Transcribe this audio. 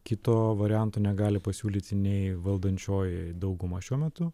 kito varianto negali pasiūlyti nei valdančioji dauguma šiuo metu